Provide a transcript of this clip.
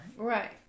Right